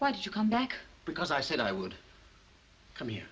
why did you come back because i said i would come here